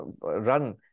run